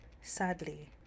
Sadly